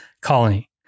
colony